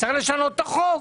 צריך לשנות את החוק?